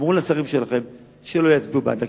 תאמרו לשרים שלכם שלא יצביעו בעד הקיצוץ.